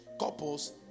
couples